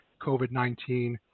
COVID-19